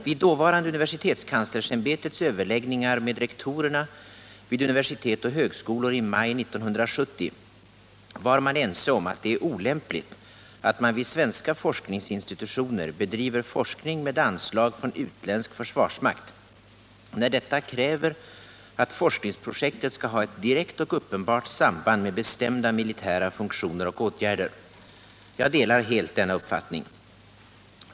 Vid dåvarande universitetskanslersämbetets överläggningar med rektorerna vid universitet och högskolor i maj 1970 var man ense om att det är olämpligt att man vid svenska forskningsinstitutioner bedriver forskning med anslag från utländsk försvarsmakt när detta kräver att forskningsprojektet skall ha ett direkt och uppenbart samband med bestämda militära funktioner och åtgärder. Jag delar helt denna uppfattning.